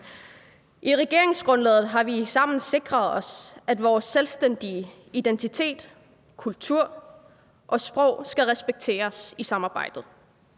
I regeringsgrundlaget har vi sammen sikret os, at vores selvstændige identitet, kultur og sprog skal respekteres i samarbejdet,